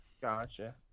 Gotcha